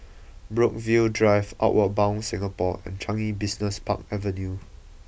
Brookvale Drive Outward Bound Singapore and Changi Business Park Avenue